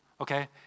okay